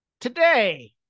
Today